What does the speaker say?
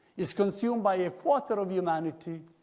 is consumed by a quarter of humanity,